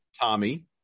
tommy